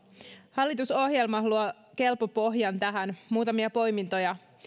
hallitusohjelma luo kelpo pohjan tähän muutamia poimintoja